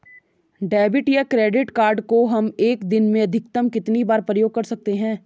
Debit या credit card को हम एक दिन में अधिकतम कितनी बार प्रयोग कर सकते हैं?